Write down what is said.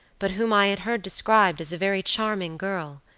but whom i had heard described as a very charming girl,